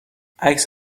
عکس